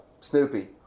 Snoopy